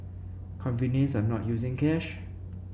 convenience of not using cash